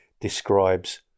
describes